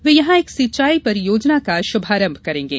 वे यहां एक सिंचाई परियोजना का शुभारम्भ करेंगे